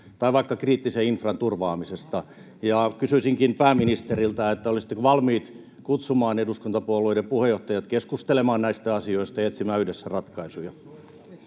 tai vaikka kriittisen infran turvaamisesta. Kysyisinkin pääministeriltä: olisitteko valmis kutsumaan eduskuntapuolueiden puheenjohtajat keskustelemaan näistä asioista ja etsimään yhdessä ratkaisuja?